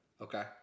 okay